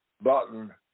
button